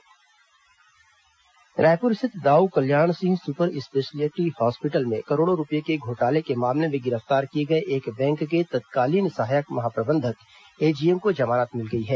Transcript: AGM जमानत रायपुर स्थित Dau Kalyan Singh super speciality अस्पताल में करोड़ों रूपये के घोटाले के मामले में गिरफ्तार किए गए एक बैंक के तत्कालीन सहायक महाप्रबंधक एजीएम को जमानत मिल गई है